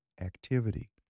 activity